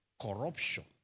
Corruption